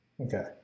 Okay